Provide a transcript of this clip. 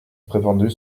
prétendu